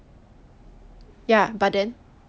ya but then